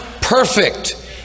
perfect